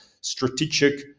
strategic